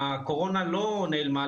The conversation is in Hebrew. הקורונה לא נעלמה,